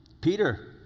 Peter